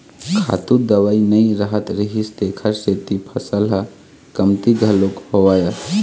खातू दवई नइ रहत रिहिस तेखर सेती फसल ह कमती घलोक होवय